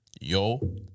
yo